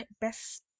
best